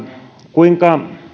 kuinka